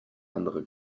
andere